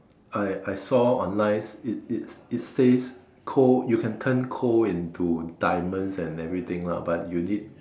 I I saw online it it it says coal you can turn coal into diamonds and everything lah but you need